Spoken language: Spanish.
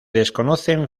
desconocen